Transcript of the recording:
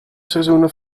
seizoenen